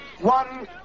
one